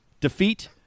defeat